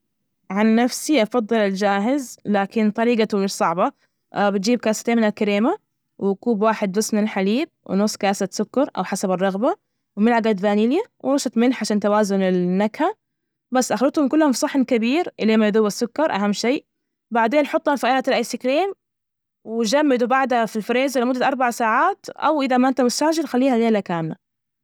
عن نفسي أفضل الجاهز، لكن طريجته مش صعبة. بتجيب كاستين من الكريمة وكوب واحد بس من الحليب، ونص كاسة سكر أو حسب الرغبة وملعجة فانيليا ورشة ملح عشان توازن النكهة. بس أخلطهم كلهم في صحن كبير. إلين ما يذوب السكر أهم شي بعدين حطها في آلة الآيس كريم وجمدوا بعدها في الفريزر لمدة اربع ساعات، أو إذا ما أنت مستعجل خليها ليلة كاملة.